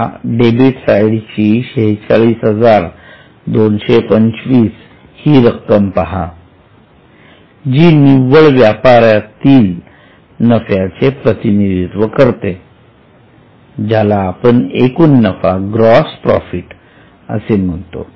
आता डेबिट साईडची 46225 ही रक्कम पहा जी निव्वळ व्यापारातील नफ्याचे प्रतिनिधित्व करते ज्याला आपण एकूण नफा ग्रॉस प्रॉफिट असे म्हणतो